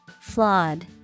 Flawed